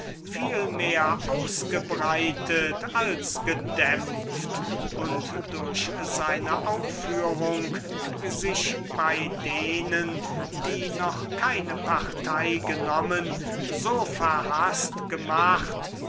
ausgebreitet als gedämpft und durch seine aufführung sich bei denenjenigen welche noch keine partei genommen hatten so verhaßt gemacht